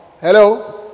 hello